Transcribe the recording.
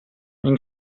این